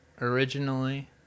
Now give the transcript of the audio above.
originally